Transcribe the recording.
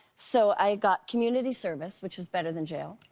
so i got community service which is better than jail.